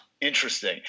Interesting